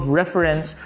reference